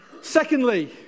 Secondly